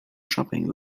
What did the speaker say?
shopping